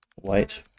White